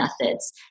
methods